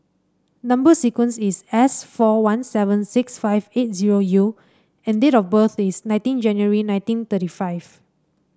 number sequence is S four one seven six five eight zero U and date of birth is nineteen January nineteen thirty five